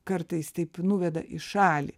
kartais taip nuveda į šalį